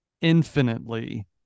infinitely